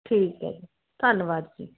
ਠੀਕ ਹੈ ਧੰਨਵਾਦ ਜੀ